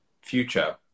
future